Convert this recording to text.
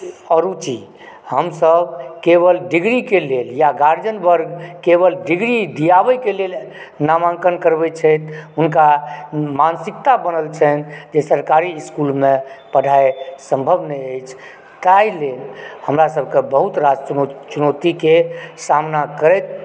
अरुचि हमसभ केवल डिग्रीके लेल या गार्जियन वर्ग केवल डिग्री दिआबैके लेल नामाङ्कन करबै छथि हुनका मानसिकता बनल छनि जे सरकारी स्कूलमे पढ़ाइ सम्भव नहि अछि ताहि लेल हमरासभकेँ बहुत रास चुनौतीके सामना करैत